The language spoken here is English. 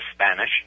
Spanish